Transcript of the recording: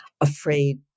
afraid